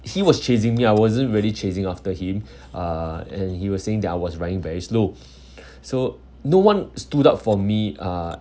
he was chasing me I wasn't really chasing after him uh and he was saying that I was running very slow so no one stood up for me uh